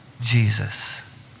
Jesus